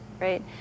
right